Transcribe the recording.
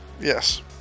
Yes